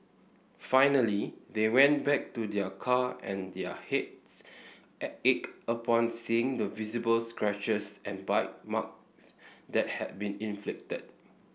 finally they went back to their car and their ached upon seeing the visible scratches and bite marks that had been inflicted